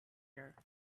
her